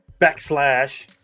backslash